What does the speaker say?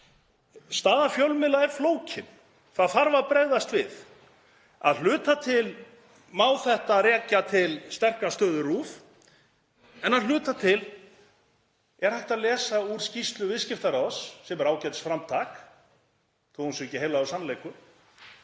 Staða fjölmiðla er flókin. Það þarf að bregðast við. Að hluta til má rekja þetta til sterkrar stöðu RÚV en að hluta til er hægt að lesa úr skýrslu Viðskiptaráðs, sem er ágætisframtak, þó að hún sé ekki heilagur sannleikur,